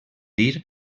dir